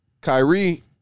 Kyrie